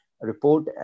report